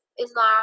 Islam